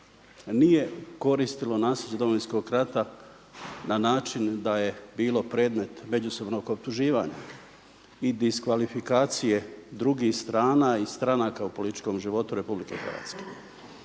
nije koristilo nasljeđe Domovinskog rata na način da je bilo predmet međusobnog optuživanja i diskvalifikacije drugih strana i stranaka u političkom životu RH. Naime, nakon